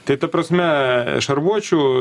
tai ta prasme šarvuočių